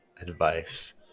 advice